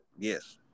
Yes